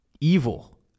evil